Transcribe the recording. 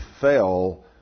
fell